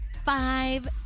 Five